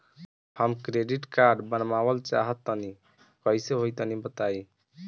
हम credit card बनवावल चाह तनि कइसे होई तनि बताई?